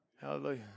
Hallelujah